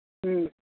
ꯎꯝ